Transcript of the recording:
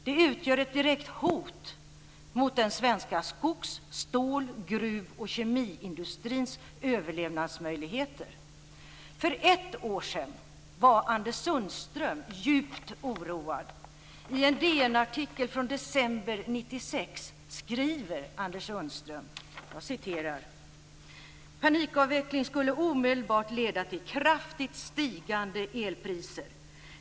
Det utgör ett direkt hot mot den svenska skogs-, stål-, gruv och kemiindustrins överlevnadsmöjligheter. För ett år sedan var Anders Sundström djupt oroad. I en DN-artikel från december 1996 skriver Anders Sundström: "Panikavveckling skulle omedelbart leda till kraftigt stigande elpriser.